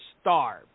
starve